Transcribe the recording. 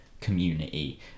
community